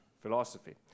philosophy